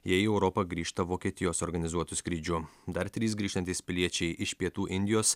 jie į europą grįžta vokietijos organizuotu skrydžiu dar trys grįžtantys piliečiai iš pietų indijos